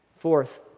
Fourth